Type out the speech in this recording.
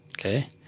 Okay